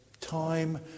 time